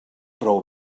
prou